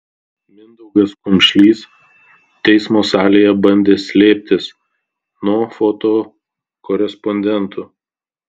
mindaugas kumšlys teismo salėje bandė slėptis nuo fotokorespondentų